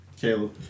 Caleb